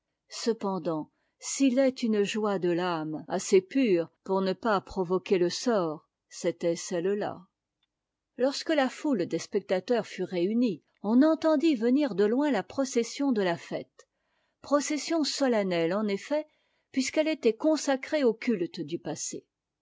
cependant s'il est une joie de t'âme assez pure pour ne pas provoquer le sort c'était cette la lorsque la foule des spectateurs fut réunie on entendit venir de loin la procession de la fête procession solennelle en effet puisqu'elle était consacrée au culte du passé